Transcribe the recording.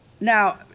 Now